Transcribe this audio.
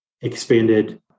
expanded